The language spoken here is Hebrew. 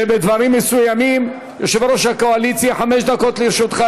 ועדת השרים לענייני חקיקה החליטה לתמוך בהצעת החוק,